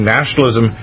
nationalism